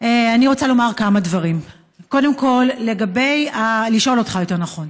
אני רוצה לומר כמה דברים, לשאול אותך, יותר נכון.